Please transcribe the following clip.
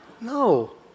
No